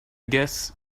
guess